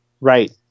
Right